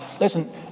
Listen